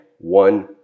one